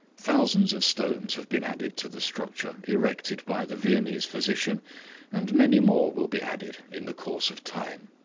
thousands of stones have been added to the structure erected by the viennese physician and many more will be added in the course of time.